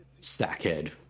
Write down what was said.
Sackhead